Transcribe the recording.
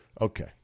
Okay